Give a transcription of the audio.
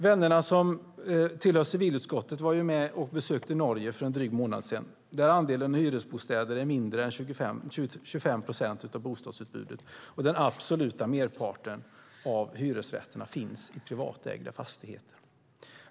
Vännerna som tillhör civilutskottet var med och besökte Norge för en dryg månad sedan. Där är andelen hyresbostäder mindre än 25 procent av bostadsutbudet, och den absoluta merparten av hyresrätterna finns i privatägda fastigheter.